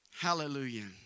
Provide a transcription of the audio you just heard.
hallelujah